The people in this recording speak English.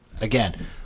again